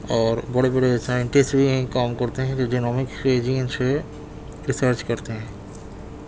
اور بڑے بڑے سائنٹسٹ بھی یہیں کام کرتے ہیں جو جینومک فیزنگ سے ریسرچ کرتے ہیں